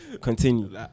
Continue